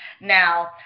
Now